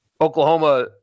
Oklahoma